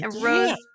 Rose